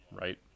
right